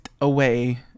away